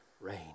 rain